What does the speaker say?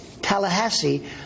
Tallahassee